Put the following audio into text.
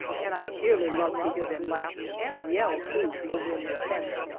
and i dearly love to hear them laugh, and yell, too, over in their tents.